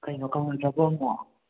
ꯀꯩꯅꯣ ꯀꯧꯅꯗ꯭ꯔꯕꯣ ꯑꯃꯨꯛ